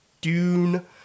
Dune